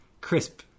crisp